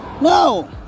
no